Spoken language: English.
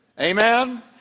Amen